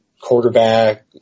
quarterback